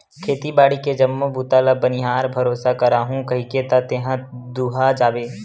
खेती बाड़ी के जम्मो बूता ल बनिहार भरोसा कराहूँ कहिके त तेहा दूहा जाबे